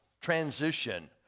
transition